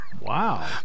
Wow